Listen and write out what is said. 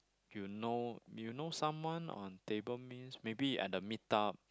you know you know someone on table means maybe at a meet up